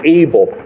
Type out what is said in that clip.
able